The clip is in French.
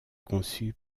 conçus